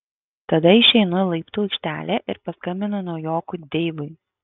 tada išeinu į laiptų aikštelę ir paskambinu naujokui deivui